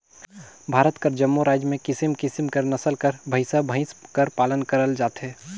भारत कर जम्मो राएज में किसिम किसिम कर नसल कर भंइसा भंइस कर पालन करल जाथे